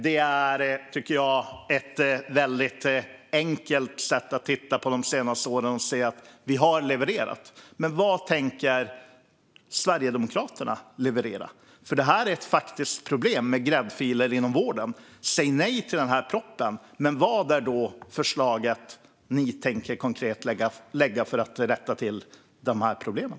Jag tycker att det är enkelt att titta på de senaste åren och se att vi har levererat. Men vad tänker Sverigedemokraterna leverera? Gräddfiler inom vården är ett faktiskt problem. Om ni säger nej till den här propositionen, vad är då det konkreta förslaget ni tänker lägga fram för att rätta till de här problemen?